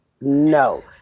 no